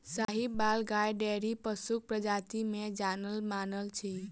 साहिबाल गाय डेयरी पशुक प्रजाति मे जानल मानल अछि